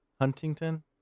Huntington